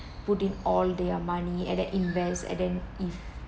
put in all their money and then invest and then if